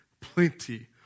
plenty